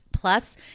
Plus